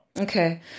Okay